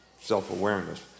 self-awareness